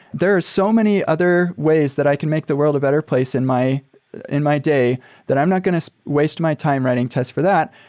there are so many other ways that i can make the world a better place in my in my day that i'm not going to waste my time writing tests for that.